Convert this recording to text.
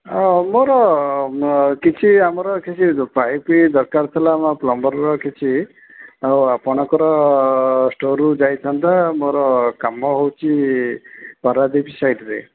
ହଁ ମୋର କିଛି ଆମର କିଛି ପାଇପ୍ ଦରକାର ଥିଲା ଆମ ପ୍ଲମ୍ବର୍ର କିଛି ଆଉ ଆପଣଙ୍କର ଷ୍ଟୋର୍ରୁ ଯାଇଥାନ୍ତା ମୋର କାମ ହେଉଛି ପାରାଦ୍ୱୀପ ସାଇଡ଼୍ରେ